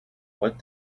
what